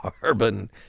carbon